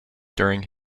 during